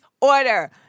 order